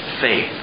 faith